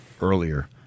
earlier